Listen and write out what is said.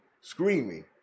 screaming